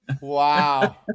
Wow